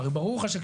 ברוך השם,